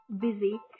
busy